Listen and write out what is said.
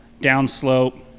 Downslope